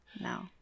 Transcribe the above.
no